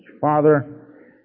Father